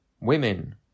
Women